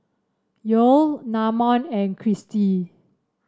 Yoel Namon and Christy